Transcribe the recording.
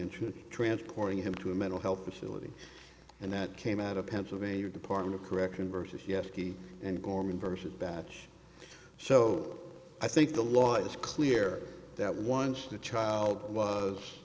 be transporting him to a mental health facility and that came out of pennsylvania department of correction versus yesterday and gorman versus batch so i think the law is clear that once the child was